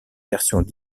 versions